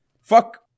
fuck